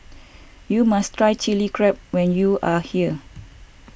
you must try Chilli Crab when you are here